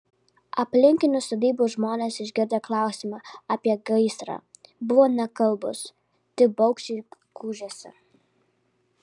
aplinkinių sodybų žmonės išgirdę klausimą apie gaisrą buvo nekalbūs tik baugščiai gūžėsi